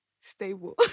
stable